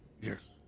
Yes